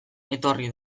etorri